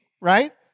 right